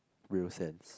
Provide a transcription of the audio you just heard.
real sense